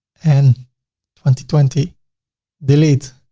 and twenty twenty delete.